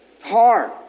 Hard